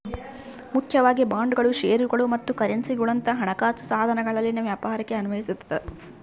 ಮುಖ್ಯವಾಗಿ ಬಾಂಡ್ಗಳು ಷೇರುಗಳು ಮತ್ತು ಕರೆನ್ಸಿಗುಳಂತ ಹಣಕಾಸು ಸಾಧನಗಳಲ್ಲಿನ ವ್ಯಾಪಾರಕ್ಕೆ ಅನ್ವಯಿಸತದ